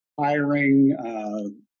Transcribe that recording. hiring